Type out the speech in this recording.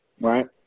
right